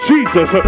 Jesus